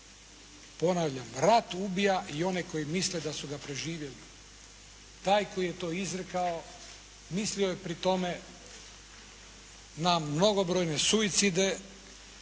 naglašavam: "Rat ubija i one koji misle da su ga preživjeli!". Taj koji je to izrekao mislio je pri tome na mnogobrojne suicide